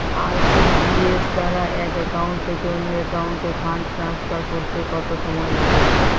RTGS দ্বারা এক account থেকে অন্য একাউন্টে ফান্ড ট্রান্সফার করতে কত সময় লাগে?